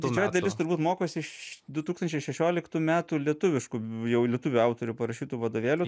didžioji dalis turbūt mokosi iš du tūkstančiai šešioliktų metų lietuviškų jau lietuvių autorių parašytų vadovėlių